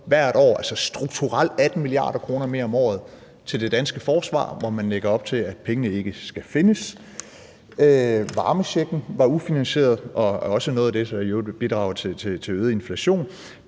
hvert år, altså strukturelt set 18 mia. kr. mere om året til det danske forsvar, hvor man lægger op til, at pengene ikke skal findes. Varmechecken var ufinansieret og er også noget af det, der i øvrigt vil bidrage til øget inflation.